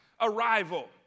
arrival